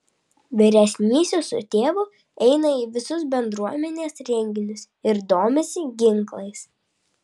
vyresnysis su tėvu eina į visus bendruomenės renginius ir domisi ginklais